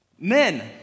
Men